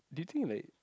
do you think like